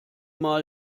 mal